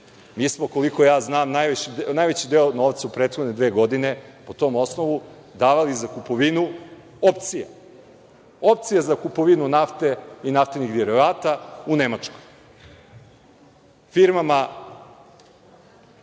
Mi smo, koliko ja znam, najveći deo novca u prethodne dve godine, po tom osnovu, davali za kupovinu opcija. Opcije za kupovinu nafte i naftinih derivata u Nemačkoj, firmama